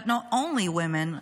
but no only women,